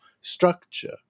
structure